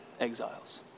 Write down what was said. exiles